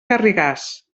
garrigàs